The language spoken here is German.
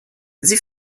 sie